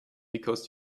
because